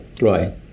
right